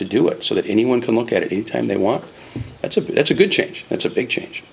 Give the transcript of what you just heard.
to do it so that anyone can look at it anytime they want that's about that's a good change that's a big change